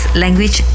language